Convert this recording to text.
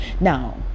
Now